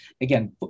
Again